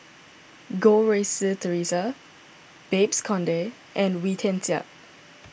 Goh Rui Si theresa Babes Conde and Wee Tian Siak